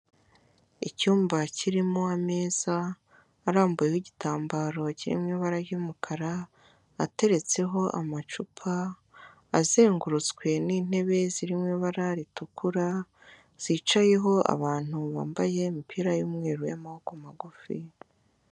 Icyumba kirimo ameza arambuyeho igitambaro kiri mu ibara ry'umukara, ateretseho amacupa azengurutswe n'intebe, zirimo ibara ritukura, zicayeho abantu bambaye imipira y'umweru y'amaboko magufi.